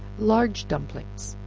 large dumplings.